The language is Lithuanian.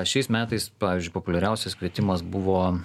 šiais metais pavyzdžiui populiariausias kvietimas buvo